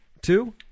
Two